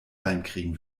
reinkriegen